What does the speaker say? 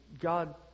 God